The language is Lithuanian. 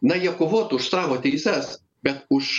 na jie kovotų už savo teises bet už